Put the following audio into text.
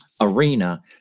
arena